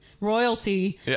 royalty